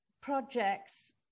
project's